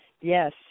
Yes